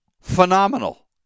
phenomenal